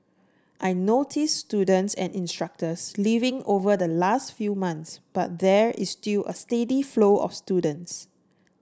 I noticed students and instructors leaving over the last few months but there is still a steady flow of students